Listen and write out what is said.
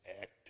act